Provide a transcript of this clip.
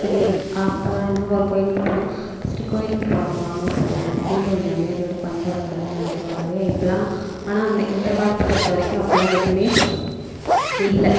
சரி அப்போலாம் என்ன ஒரு கோயிலுக்கு போனா சரி கோயிலுக்கு போகலாம் வாங்க போகலாம் அப்படின்ற ஒரு மரியாதையோட பண்பாடோட தான் நடத்துவாங்களே இப்போல்லாம் ஆனால் அந்த இந்த காலத்தை பொறுத்த வரைக்கும் அப்போல்லாம் எதுவுமே இல்லை